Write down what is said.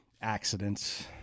accidents